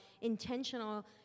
intentional